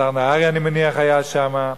השר נהרי, אני מניח, היה שם,